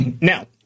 Now